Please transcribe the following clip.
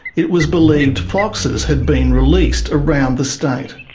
it was believed foxes had been released around the state.